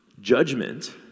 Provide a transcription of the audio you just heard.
judgment